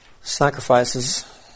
sacrifices